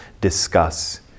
discuss